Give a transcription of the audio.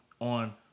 on